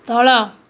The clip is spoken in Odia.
ତଳ